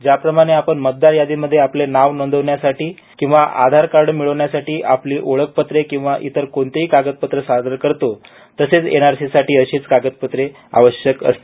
ज्याप्रमाणे आपण मतदार यादीमध्ये आपली नावे नोंदविण्यासाठी किंवा आधार कार्ड मिळविण्यासाठी आपली ओळखपत्रे किंवा इतर कोणतेही कागदपत्र सादर करतो तसेच एनआरसी साठी अशीच कागदपत्रे देणे आवश्यक असते